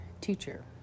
Teacher